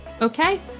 Okay